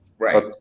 right